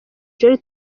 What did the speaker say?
jolly